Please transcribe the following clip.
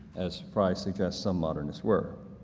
as frye suggests some modernists were.